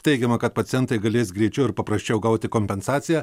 teigiama kad pacientai galės greičiau ir paprasčiau gauti kompensaciją